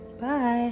bye